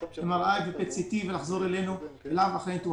כלומר גם PET-CT ולחזור אליו לניתוח.